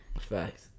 Facts